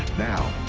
now,